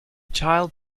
child